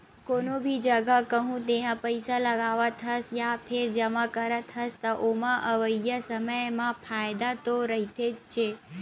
कोनो भी जघा कहूँ तेहा पइसा लगावत हस या फेर जमा करत हस, त ओमा अवइया समे म फायदा तो रहिथेच्चे